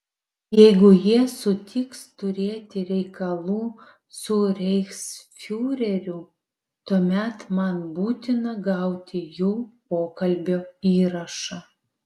jeigu jie sutiks turėti reikalų su reichsfiureriu tuomet man būtina gauti jų pokalbio įrašą